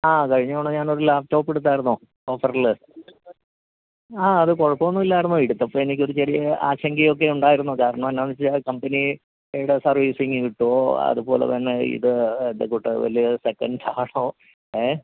ആ കഴിഞ്ഞ തവണ ഞാനൊരു ലാപ്ടോപ്പ് എടുത്തായിരുന്നു ഓഫറിൽ ആ അത് കുഴപ്പമൊന്നും ഇല്ലായിരുന്നു എടുത്തപ്പോൾ എനിക്കൊരു ചെറിയ ആശങ്കയൊക്കെ ഉണ്ടായിരുന്നു കാരണമെന്താണെന്ന് വെച്ചാൽ കമ്പനിയുടെ സർവീസിങ് കിട്ടുവോ അതുപോലെ തന്നെ ഇത് ഇതുക്കൂട്ട് പോലെ സെക്കൻഡ്സ് ആണോ ങേ